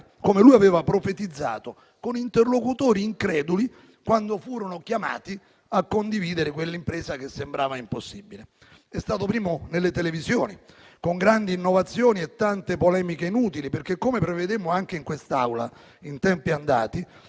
come lui aveva profetizzato, con interlocutori increduli quando furono chiamati a condividere quell'impresa che sembrava impossibile. È stato primo nelle televisioni, con grandi innovazioni e tante polemiche inutili, perché, come prevedemmo anche in quest'Aula in tempi andati,